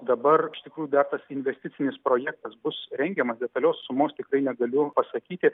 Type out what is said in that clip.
dabar iš tikrųjų dar tas investicinis projektas bus rengiamas detalios sumos tikrai negaliu pasakyti